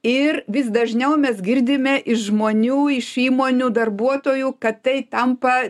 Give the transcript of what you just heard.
ir vis dažniau mes girdime iš žmonių iš įmonių darbuotojų kad tai tampa